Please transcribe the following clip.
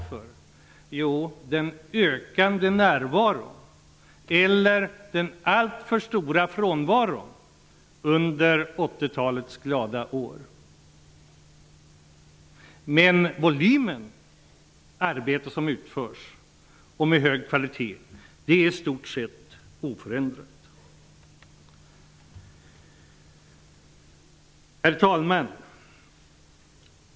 Jo, på grund av den ökade närvaron, eller den alltför stora frånvaron under 80-talets glada år. Men volymen arbete som utförs -- med hög kvalitet -- är i stort sett oförändrad. Herr talman!